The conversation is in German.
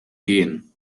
gehen